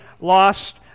lost